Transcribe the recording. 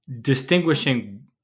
distinguishing